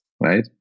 right